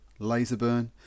Laserburn